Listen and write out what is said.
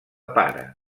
pare